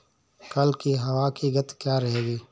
कल की हवा की गति क्या रहेगी?